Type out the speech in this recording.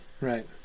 right